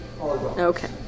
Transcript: Okay